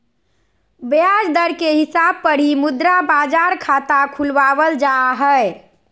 ब्याज दर के हिसाब पर ही मुद्रा बाजार खाता खुलवावल जा हय